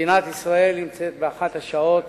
שמדינת ישראל נמצאת באחת השעות